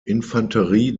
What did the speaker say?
infanterie